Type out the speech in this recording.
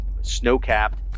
snow-capped